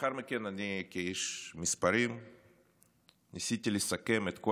לאחר מכן אני כאיש מספרים ניסיתי לסכם את כל